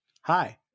Hi